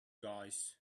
guys